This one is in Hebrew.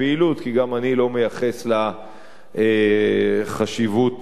כי גם אני לא מייחס לה חשיבות אמיתית.